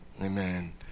Amen